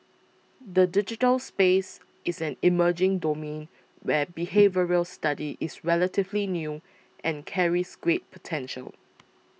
the digital space is an emerging domain where behavioural study is relatively new and carries great potential